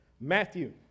Matthew